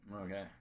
Okay